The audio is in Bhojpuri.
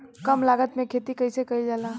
कम लागत में खेती कइसे कइल जाला?